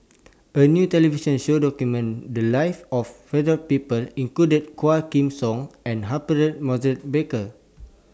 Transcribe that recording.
A New television Show documented The Lives of various People included Quah Kim Song and Humphrey Morrison Burkill